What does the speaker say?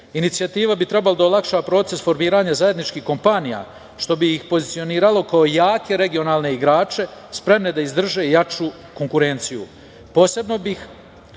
Inicijativa bi trebala da olakša proces formiranja zajedničkih kompanija, što bi ih pozicioniralo kao jake regionalne igrač, spremne da izdrže jaču konkurenciju.